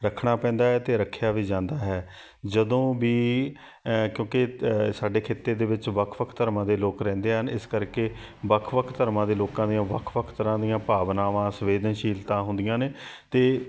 ਰੱਖਣਾ ਪੈਂਦਾ ਹੈ ਅਤੇ ਰੱਖਿਆ ਵੀ ਜਾਂਦਾ ਹੈ ਜਦੋਂ ਵੀ ਕਿਉਂਕਿ ਤ ਸਾਡੇ ਖਿੱਤੇ ਦੇ ਵਿੱਚ ਵੱਖ ਵੱਖ ਧਰਮਾਂ ਦੇ ਲੋਕ ਰਹਿੰਦੇ ਹਨ ਇਸ ਕਰਕੇ ਵੱਖ ਵੱਖ ਧਰਮਾਂ ਦੇ ਲੋਕਾਂ ਦੀਆਂ ਵੱਖ ਵੱਖ ਤਰ੍ਹਾਂ ਦੀਆਂ ਭਾਵਨਾਵਾਂ ਸੰਵੇਦਨਸ਼ੀਲਤਾਂ ਹੁੰਦੀਆਂ ਨੇ ਅਤੇ